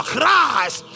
Christ